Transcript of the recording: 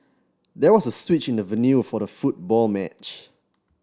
there was a switch in the venue for the football match